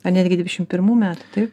ar netgi dvidešimt pirmų metų